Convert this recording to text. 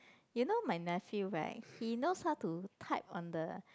you know my nephew right he knows how to type on the